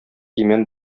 имән